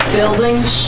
Buildings